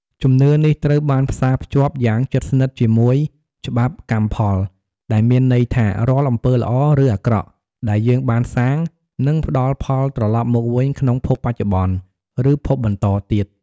ជំនឿនេះត្រូវបានផ្សារភ្ជាប់យ៉ាងជិតស្និទ្ធជាមួយ ច្បាប់កម្មផល ដែលមានន័យថា រាល់អំពើល្អ ឬអាក្រក់ដែលយើងបានសាង នឹងផ្ដល់ផលត្រឡប់មកវិញក្នុងភពបច្ចុប្បន្ន ឬភពបន្តបន្ទាប់។